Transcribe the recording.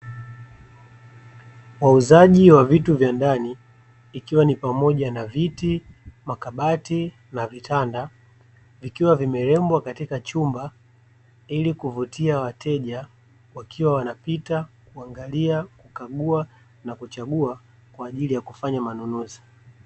Wauzaji wa vitu vya ndani ikiwa ni pamoja na viti, makabati na vitanda; vikiwa vimerembwa katika chumba ili kuvutia wateja wakiwa wanapita kuangalia, kukagua na kuchagua kwa ajili ya kufanya manunuzi.